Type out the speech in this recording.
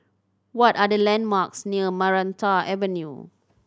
what are the landmarks near Maranta Avenue